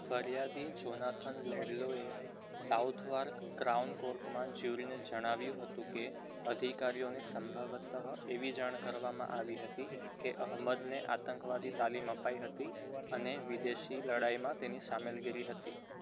ફરિયાદી જોનાથન લેડલોએ Southwark Crown કોર્ટમાં જ્યુરીને જણાવ્યું હતું કે અધિકારીઓને સંભવતઃ એવી જાણ કરવામાં આવી હતી કે અહમદને આતંકવાદી તાલીમ અપાઈ હતી અને અને વિદેશી લડાઈમાં તેની સામેલગીરી હતી